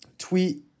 Tweet